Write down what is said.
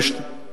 טעות